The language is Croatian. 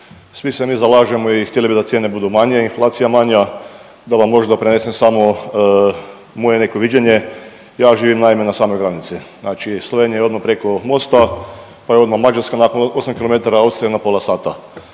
Svi se mi zalažemo i htjeli bi da cijene budu manje, inflacija manja. Da vam možda prenesem samo moje neko viđenje. Ja živim naime na samoj granici. Znači Slovenija je odmah preko mosta, pa je odmah Mađarska nakon 8 km, Austrija na pola sata